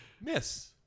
Miss